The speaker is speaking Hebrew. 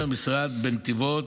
המשרד באמצעות חברות הניהול בנתיבות,